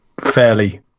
fairly